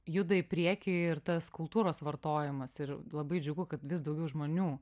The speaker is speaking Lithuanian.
juda į priekį ir tas kultūros vartojimas ir labai džiugu kad vis daugiau žmonių